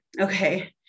Okay